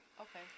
Okay